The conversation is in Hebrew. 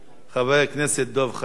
חבר הכנסת דב חנין, בבקשה.